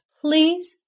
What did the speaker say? please